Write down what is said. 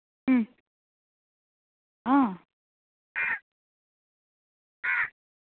आं